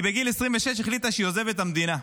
בגיל 26 היא החליטה שהיא עוזבת את המדינה.